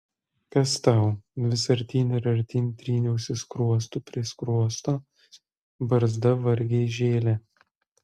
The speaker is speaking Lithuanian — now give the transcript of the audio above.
kas tau vis artyn ir artyn tryniausi skruostu prie skruosto barzda vargiai žėlė